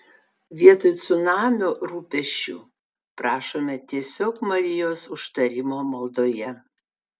vietoj cunamio rūpesčių prašome tiesiog marijos užtarimo maldoje